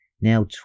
now